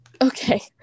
Okay